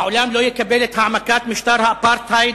העולם לא יקבל את העמקת משטר האפרטהייד.